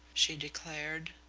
she declared.